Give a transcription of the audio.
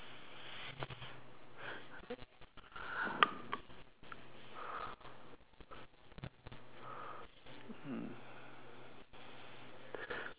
hmm